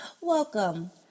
Welcome